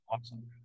awesome